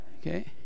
Okay